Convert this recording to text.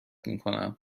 میکنم